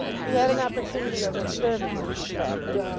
he had an opportunity of observing the two travellers,